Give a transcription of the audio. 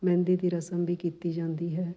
ਮਹਿੰਦੀ ਦੀ ਰਸਮ ਵੀ ਕੀਤੀ ਜਾਂਦੀ ਹੈ